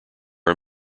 are